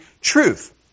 truth